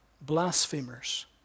Blasphemers